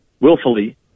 willfully